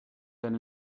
than